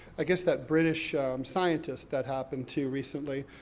i guess that british scientist that happened, too, recently.